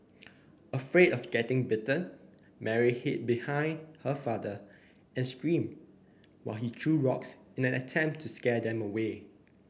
afraid of getting bitten Mary hid behind her father and screamed while he threw rocks in an attempt to scare them away